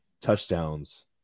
touchdowns